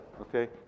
okay